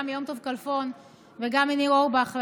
גם מיום טוב כלפון וגם מניר אורבך,